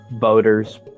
voters